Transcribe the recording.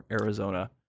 Arizona